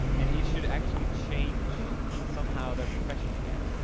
and it should actually change somehow their profession again,